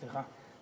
סליחה.